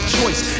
choice